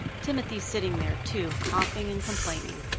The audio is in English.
timothy's sitting there, too, coughing and complaining.